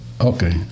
Okay